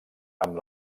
amb